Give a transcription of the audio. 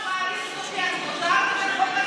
החוק הזה יחול,